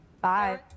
Bye